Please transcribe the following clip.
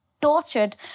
tortured